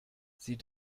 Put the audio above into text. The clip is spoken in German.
sie